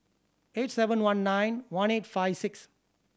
eight seven one nine one eight five six